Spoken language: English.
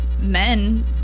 men